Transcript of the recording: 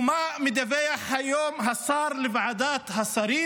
ומה מדווח היום השר לוועדת השרים?